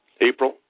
April